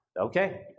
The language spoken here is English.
Okay